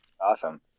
awesome